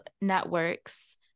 networks